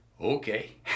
okay